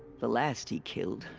the last he killed.